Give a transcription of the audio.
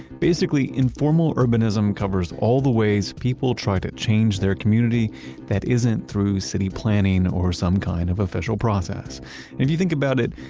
basically, informal urbanism covers all the ways people try to change their community that isn't through city planning or some kind of official process. and if you think about it,